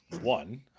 one